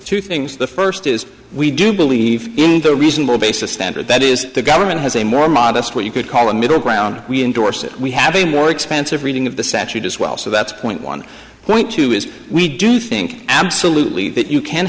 two things the first is we do believe in the reasonable basis standard that is the government has a more modest what you could call a middle ground we endorse it we have a more expansive reading of the statute as well so that's point one point two is we do think absolutely that you can